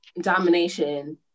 domination